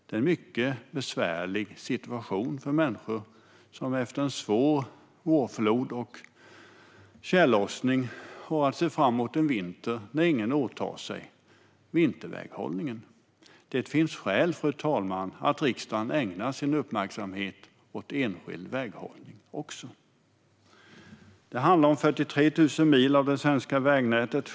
Det är en mycket besvärlig situation för människor som efter en svår vårflod och tjällossning har att se fram emot en vinter när ingen åtar sig vinterväghållningen. Det finns skäl, fru talman, att riksdagen också ägnar sin uppmärksamhet åt enskild väghållning. Det handlar om 43 000 mil av det svenska vägnätet.